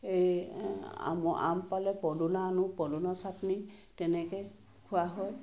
এই আমৰ আম পালে পদুনা আনো পদুনা চাটনি তেনেকৈ খোৱা হয়